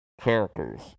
characters